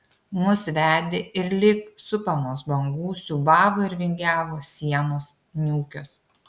mus vedė ir lyg supamos bangų siūbavo ir vingiavo sienos niūkios